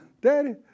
daddy